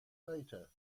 later